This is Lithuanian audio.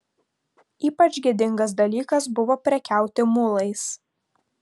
ypač gėdingas dalykas buvo prekiauti mulais